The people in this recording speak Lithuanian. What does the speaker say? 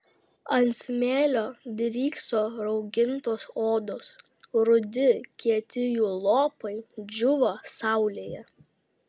ant smėlio drykso raugintos odos rudi kieti jų lopai džiūva saulėje